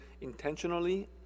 intentionally